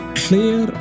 clear